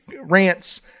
rants